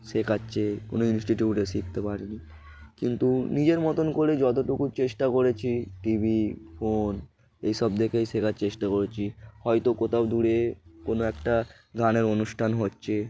শেখাচ্ছে কোনো ইনস্টিটিউটে শিখতে পারিনি কিন্তু নিজের মতন করে যতটুকু চেষ্টা করেছি টি ভি ফোন এইসব দেখেই শেখার চেষ্টা করেছি হয়তো কোথাও দূরে কোনো একটা গানের অনুষ্ঠান হচ্ছে